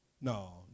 No